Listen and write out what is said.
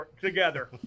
together